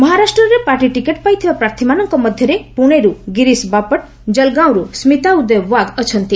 ମହାରାଷ୍ଟ୍ରରେ party ticket ପାଇଥିବା ପ୍ରାର୍ଥୀମାନଙ୍କ ମଧ୍ୟରେ ପୁଣେରୁ ଗିରୀଶ ବାପଟ୍ କଳ୍ଗାଓଁରୁ ସ୍କିତା ଉଦୟ ୱାଘ୍ ଅଛନ୍ତି